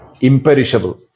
imperishable